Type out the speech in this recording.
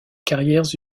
carrières